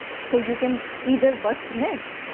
so you can either bust myths,